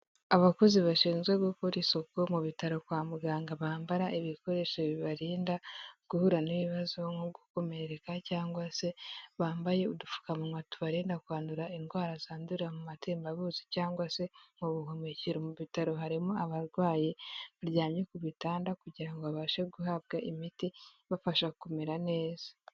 Abakozi bashinzwe gukora isuku mu bitaro kwa muganga, bambara ibikoresho bibarinda guhura n'ibibazo, nko gukomereka, cyangwa se bambaye udupfukamunwa tubarindarinda kwandura indwara zandurira mu matembabuzi, cyangwa se mu buhumekero, mu bitaro harimo abarwayi baryamye ku gitanda, kugira ngo babashe guhabwa imiti, ibafasha kumera neza.